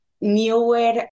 newer